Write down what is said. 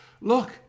Look